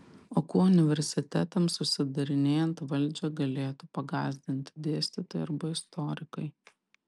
o kuo universitetams užsidarinėjant valdžią galėtų pagąsdinti dėstytojai arba istorikai